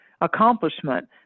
accomplishment